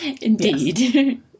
indeed